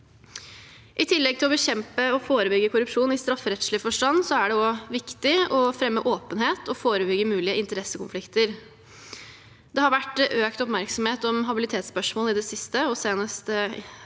I tillegg til å bekjempe og forebygge korrupsjon i strafferettslig forstand er det også viktig å fremme åpenhet og forebygge mulige interessekonflikter. Det har vært økt oppmerksomhet om habilitetsspørsmål i det siste, senest